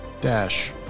dash